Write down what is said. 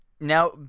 Now